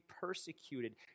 persecuted